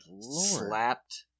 slapped